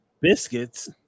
biscuits